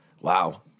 wow